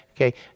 Okay